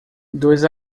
dois